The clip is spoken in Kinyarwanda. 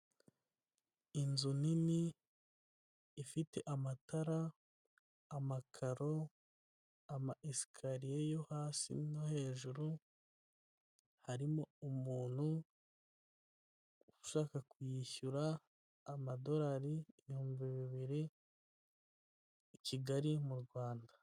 Inzu nini ifite amatara, amakaro ama eskariye yo hasi no hejuru, harimo umuntu ushaka kuyishyura amadorari ibihumbi bibiri i Kigali mu Rwanda.